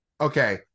okay